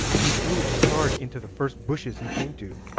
he threw his charge into the first bushes he came to,